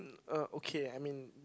um uh okay I mean